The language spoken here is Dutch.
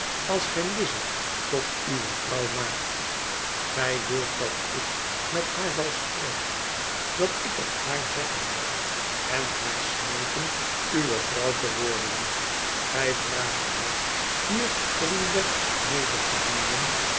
als gij lize tot uwe vrouw maakt gij wilt dat ik met haar zal spreken dat ik het haar zeggen zal en haar smeeken uwe vrouw te worden gij vraagt haar hier voor uw bed neder te knielen